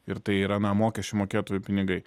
ir tai yra na mokesčių mokėtojų pinigai